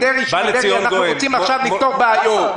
אנחנו רוצים עכשיו לפתור בעיות.